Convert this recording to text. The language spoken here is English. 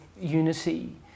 unity